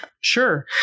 Sure